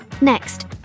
Next